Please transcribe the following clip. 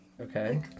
Okay